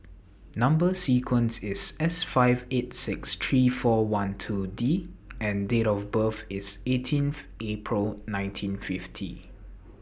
Number sequence IS S five eight six three four one two D and Date of birth IS eighteenth April nineteen fifty